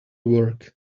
work